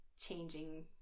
changing